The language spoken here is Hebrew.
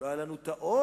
לא היה לנו העוז,